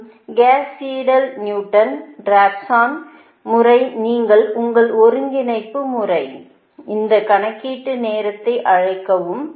மற்றும் Gauss Seidel Newton Raphson முறை நீங்கள் உங்கள் ஒருங்கிணைப்பு முறை அந்த கணக்கீட்டு நேரத்தை அழைக்கவும்